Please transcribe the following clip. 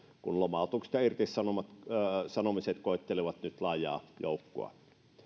kun lomautukset ja irtisanomiset koettelevat nyt laajaa joukkoa